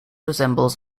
resembles